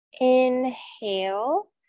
Inhale